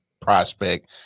prospect